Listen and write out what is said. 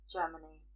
Germany